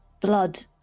blood